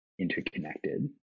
interconnected